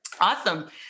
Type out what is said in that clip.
Awesome